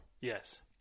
Yes